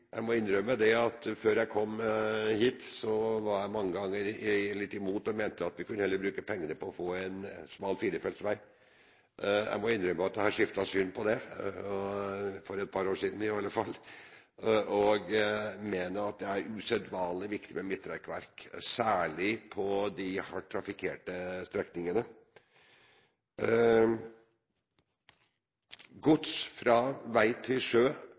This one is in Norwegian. Jeg må innrømme at før jeg kom hit, var jeg mange ganger litt imot det og mente at vi heller kunne bruke pengene på smal firefelts vei. Jeg må innrømme at jeg har skiftet syn på det – for et par år siden, i alle fall – og mener at det er usedvanlig viktig med midtrekkverk, særlig på de hardt trafikkerte strekningene. Gods fra vei til sjø